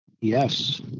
Yes